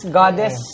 goddess